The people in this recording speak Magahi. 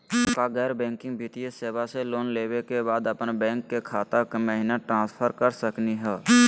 का गैर बैंकिंग वित्तीय सेवाएं स लोन लेवै के बाद अपन बैंको के खाता महिना ट्रांसफर कर सकनी का हो?